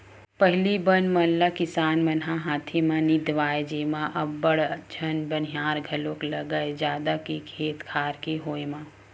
पहिली बन मन ल किसान मन ह हाथे म निंदवाए जेमा अब्बड़ झन बनिहार घलोक लागय जादा के खेत खार के होय म